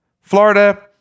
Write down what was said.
Florida